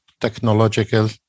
technological